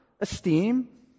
esteem